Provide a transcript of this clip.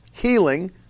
Healing